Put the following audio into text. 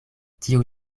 tiu